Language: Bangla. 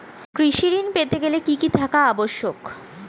কৃষি ঋণ পেতে গেলে কি কি থাকা আবশ্যক?